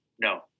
No